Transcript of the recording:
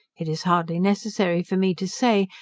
it is hardly necessary for me to say,